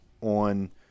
on